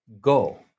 Go